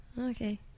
Okay